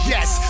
Yes